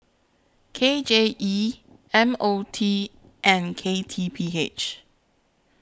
K J E M O T and K T P H